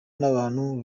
n’abantu